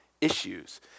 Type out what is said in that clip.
issues